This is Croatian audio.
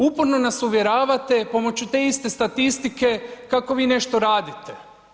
Uporno nas uvjeravate pomoću te iste statistike kako vi nešto radite.